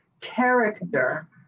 character